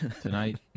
tonight